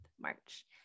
March